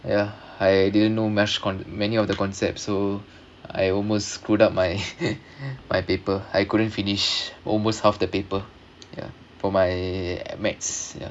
ya I didn't know on many of the concept so I almost screwed up my my paper I couldn't finish almost half the paper ya for my mathematics you know